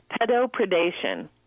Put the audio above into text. pedopredation